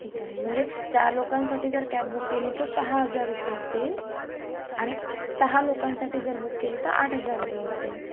ठीक आहे म्हणजे चार लोकांसाठी जर कॅब बुक केली तर सहा हजार रूपये होतील आणि सहा लोकांसाठी जर बुक केली तर आठ हजार रूपये होतील